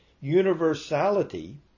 universality